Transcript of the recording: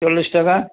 চল্লিশ টাকা